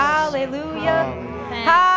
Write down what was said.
Hallelujah